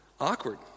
awkward